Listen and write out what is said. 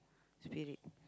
spirit